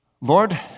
Lord